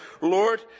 Lord